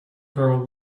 grow